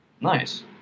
Nice